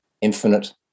Infinite